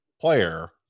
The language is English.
player